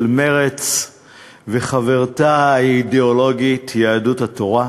מרצ וחברתה האידיאולוגית יהדות התורה.